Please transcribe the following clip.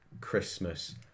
Christmas